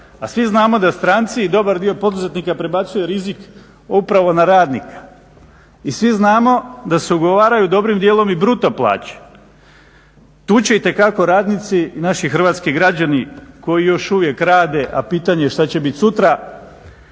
A svi znamo da stranci i dobar dio poduzetnika prebacuje rizik upravo na radnika i svi znamo da se ugovaraju dobrim dijelom i bruto plaće. Tu će itekako radnici, naši hrvatski građani koji još uvijek rade, a pitanje je što će bit sutra,